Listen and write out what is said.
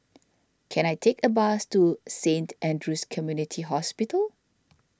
can I take a bus to Saint andrew's Community Hospital